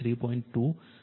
2 છે